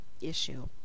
issue